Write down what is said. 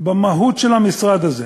במהות של המשרד הזה.